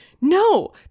no